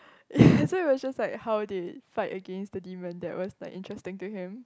that's why it was just like how they fight against the demon that was like interesting to him